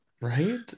right